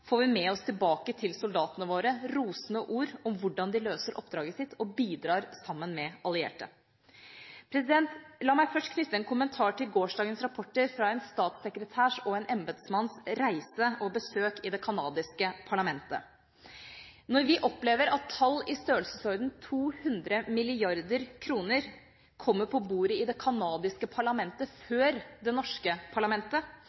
får vi med oss tilbake til soldatene våre rosende ord om hvordan de løser oppdraget sitt og bidrar sammen med allierte. La meg først knytte en kommentar til gårsdagens rapporter fra en statssekretærs og en embetsmanns reise og besøk i det kanadiske parlamentet. Når vi opplever at tall i størrelsesorden 200 mrd. kr kommer på bordet i det kanadiske parlamentet før i det norske parlamentet,